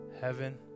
heaven